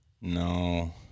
No